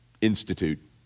institute